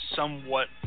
somewhat